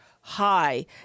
high